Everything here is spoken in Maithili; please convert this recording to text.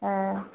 ओ